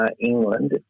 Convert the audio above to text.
England